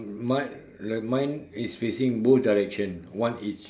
mine like mine is facing both direction one each